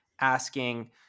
asking